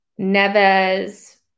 Neves